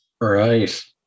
right